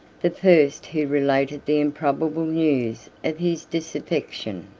the first who related the improbable news of his disaffection.